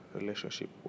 Relationship